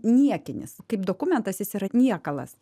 niekinis kaip dokumentas jis yra niekalas